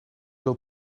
veel